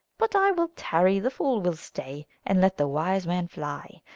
but i will tarry the fool will stay, and let the wise man fly.